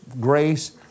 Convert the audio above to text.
grace